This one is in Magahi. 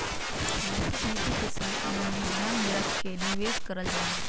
नैतिक नीति के ध्यान में रख के निवेश करल जा हइ